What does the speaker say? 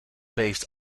based